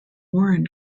warren